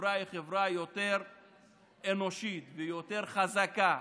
שחברה היא חברה יותר אנושית ויותר חזקה